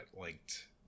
linked